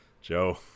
Joe